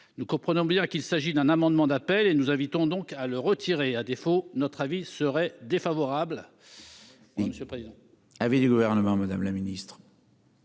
Nous comprenons bien qu'il s'agit d'un amendement d'appel, et nous en demandons donc le retrait. À défaut, notre avis serait défavorable.